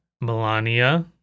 melania